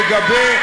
לגבי,